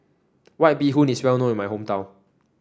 White Bee Hoon is well known in my hometown